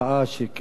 שהיתה לה,